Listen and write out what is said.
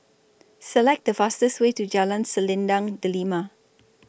Select The fastest Way to Jalan Selendang Delima